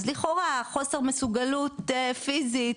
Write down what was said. אז לכאורה חוסר מסוגלות פיזית,